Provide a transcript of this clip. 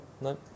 No